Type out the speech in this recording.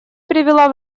привела